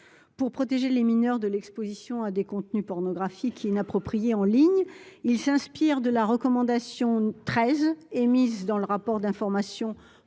pour protéger les mineurs d’une exposition à des contenus pornographiques inappropriés en ligne. Elle s’inspire de la recommandation n° 13 du rapport d’information